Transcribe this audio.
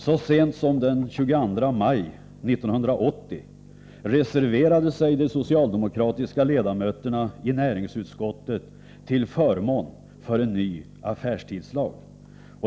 Så sent som den 22 maj 1980 reserverade sig de socialdemorkatiska ledamöterna i näringsutskottet till förmån för en ny affärstidslag.